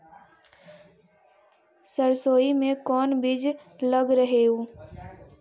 सरसोई मे कोन बीज लग रहेउ?